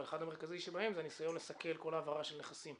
אבל אחד המרכזיים שבהם הוא הניסיון לסכל כל העברה של נכסים